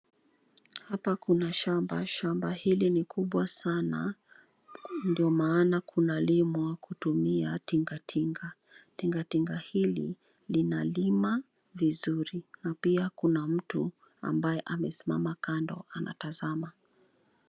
Hapa kuna shamba. Shamba hili ni kubwa sana, ndio maana kunalimwa kutumia tingatinga. Tingatinga hili linalima vizuri na pia kuna mtu ambaye amesimama kando anatazama.